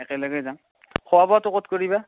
একেলগে যাম খোৱা বোৱাটো ক'ত কৰিবা